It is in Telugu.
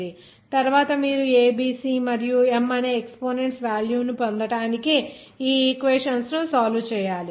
ఆ తరువాత మీరు a b c మరియు m అనే ఎక్సపోనెంట్స్ వేల్యూ ను పొందడానికి ఈ ఈక్వెషన్స్ ను సాల్వ్ చేయాలి